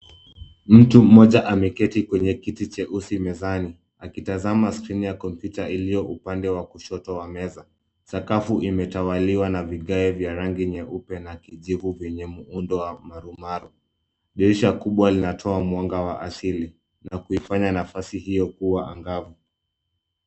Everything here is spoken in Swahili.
Mtu mmoja ameketi kwenye kiti cheusi mezani akitazama skrini ya kompyuta iliyo upande wa kushoto wa meza. Sakafu imetawaliwa na vigae vya rangi nyeupe na kijivu vyenye muundo wa marumaru. Dirisha kubwa linatoa mwanga wa asili na kuifanya nafasi hiyo kuwa angavu.